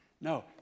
No